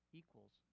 equals